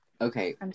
Okay